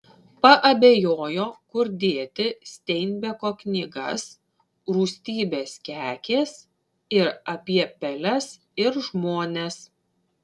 paabejojo kur dėti steinbeko knygas rūstybės kekės ir apie peles ir žmones